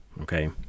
okay